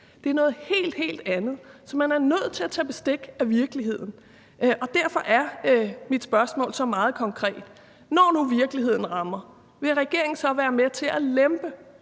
Det er noget helt, helt andet. Så man er nødt til at tage bestik af virkeligheden, og derfor er mit spørgsmål meget konkret: Når nu virkeligheden rammer, vil regeringen så være med til at lempe